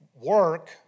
work